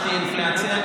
שתהיה אינפלציה,